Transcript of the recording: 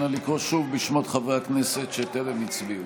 נא לקרוא שוב בשמות חברי הכנסת שטרם הצביעו.